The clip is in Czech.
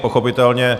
Pochopitelně...